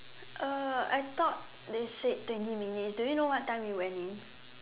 uh I thought they said twenty minutes do you know what time we went in